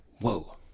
Whoa